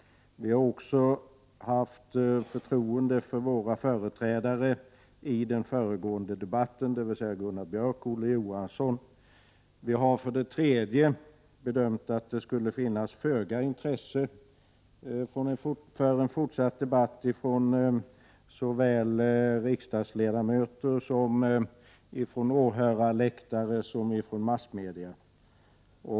Vi har också haft förtroende för våra företrädare i den föregående debatten, dvs. Gunnar Björk och Olof Johansson. Vi har vidare gjort bedömningen att det skulle finnas föga intresse såväl hos riksdagsledamöter som hos åhörare och massmedia för en fortsatt debatt.